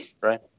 right